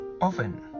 Often